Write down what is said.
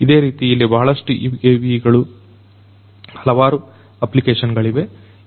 ಇದೇ ರೀತಿ ಇಲ್ಲಿ ಬಹಳಷ್ಟು UAV ಗಳ ಹಲವಾರು ಅಪ್ಲಿಕೇಶನ್ ಗಳಿವೆ